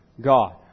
God